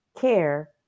care